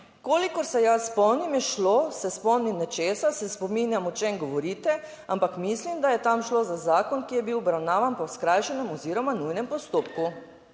"Kolikor se jaz spomnim je šlo, se spomnim nečesa, se spominjam o čem govorite, ampak mislim, da je tam šlo za zakon, ki je bil obravnavan po skrajšanem oziroma nujnem postopku",